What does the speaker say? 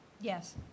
Yes